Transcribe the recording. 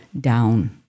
down